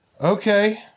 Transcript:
okay